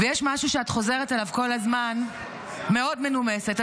ויש משהו שאת חוזרת עליו כל הזמן --- בצורה מנומסת.